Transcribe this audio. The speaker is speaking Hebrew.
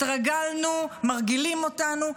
התרגלנו, מרגילים אותנו.